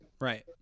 Right